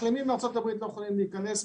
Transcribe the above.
מחלימים מארצות הבריות לא יכולים להיכנס,